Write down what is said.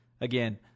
Again